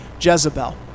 Jezebel